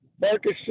Marcus